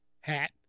hat